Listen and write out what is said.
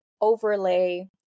overlay